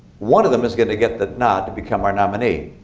one of them is going to get the nod to become our nominee.